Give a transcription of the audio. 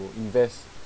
to invest